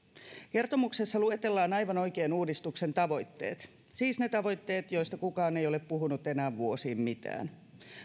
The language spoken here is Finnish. kertomuksessa luetellaan aivan oikein uudistuksen tavoitteet siis ne tavoitteet joista kukaan ei ole puhunut enää vuosiin mitään